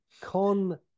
con